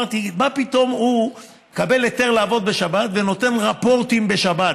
אמרתי: מה פתאום הוא מקבל היתר לעבוד בשבת ונותן רפורטים בשבת?